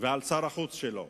ועל שר החוץ שלו?